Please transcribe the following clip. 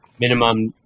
Minimum